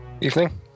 Evening